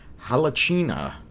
Halachina